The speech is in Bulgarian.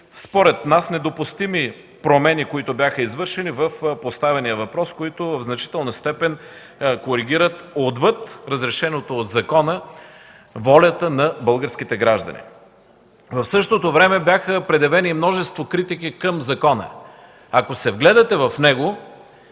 според нас недопустими промени, извършени в поставения въпрос, които в значителна степен коригират, отвъд разрешеното от закона, волята на българските граждани. В същото време бяха предявени и множество критики към закона. Ако се вгледате в него,